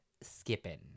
skipping